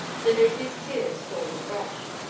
the lady's tears flowed afresh.